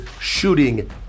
Shooting